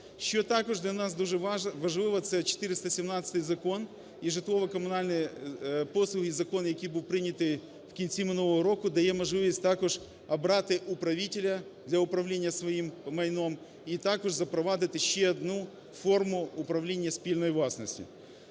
Що також для нас дуже важливо - це 417 Закон і житлово-комунальні послуги, закон, який був прийнятий в кінці минулого року, дає можливість також обрати управителя для управління своїм майном і також запровадити ще одну форму управління спільної власності.